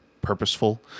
purposeful